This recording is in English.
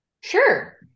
Sure